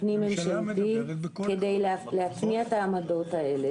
פנים ממשלתי כדי להטמיע את העמדות האלה.